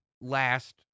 last